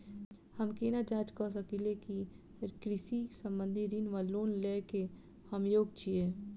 हम केना जाँच करऽ सकलिये की कृषि संबंधी ऋण वा लोन लय केँ हम योग्य छीयै?